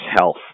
health